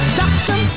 doctor